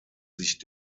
sich